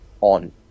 on